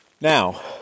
Now